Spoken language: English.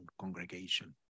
congregation